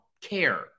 care